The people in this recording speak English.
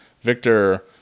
Victor